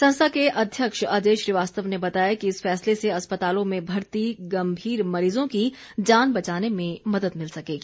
संस्था के अध्यक्ष अजय श्रीवास्तव ने बताया कि इस फैसले से अस्पतालों में भर्ती गंभीर मरीजों की जान बचाने में मदद मिल सकेगी